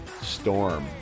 storm